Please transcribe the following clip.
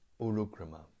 Urukrama